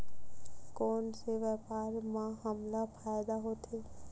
कोन से व्यापार म हमला फ़ायदा होथे?